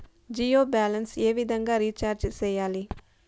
Jio balance ఏ విధంగా recharge సేయాలి?